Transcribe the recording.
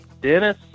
Dennis